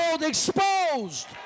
exposed